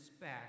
back